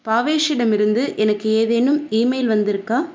பாவேஷ் இடமிருந்து எனக்கு ஏதேனும் ஈமெயில் வந்திருக்கா